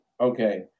Okay